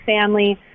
family